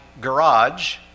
garage